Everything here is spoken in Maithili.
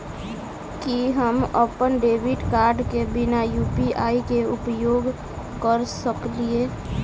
की हम अप्पन डेबिट कार्ड केँ बिना यु.पी.आई केँ उपयोग करऽ सकलिये?